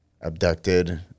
abducted